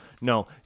No